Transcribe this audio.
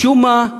משום מה,